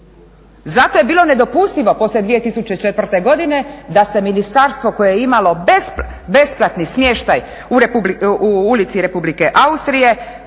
Zato je bilo nedopustivo poslije 2004. godine da se ministarstvo koje je imalo besplatni smještaj u Ulici Republike Austrije